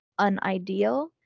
unideal